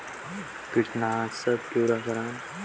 हमला कौन किटनाशक के उपयोग करन चाही जिसे कतना हमला कोई हानि न हो?